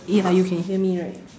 ya you can hear me right